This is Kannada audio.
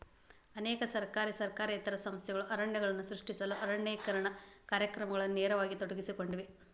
ಅನೇಕ ಸರ್ಕಾರಿ ಸರ್ಕಾರೇತರ ಸಂಸ್ಥೆಗಳು ಅರಣ್ಯಗಳನ್ನು ಸೃಷ್ಟಿಸಲು ಅರಣ್ಯೇಕರಣ ಕಾರ್ಯಕ್ರಮಗಳಲ್ಲಿ ನೇರವಾಗಿ ತೊಡಗಿಸಿಕೊಂಡಿವೆ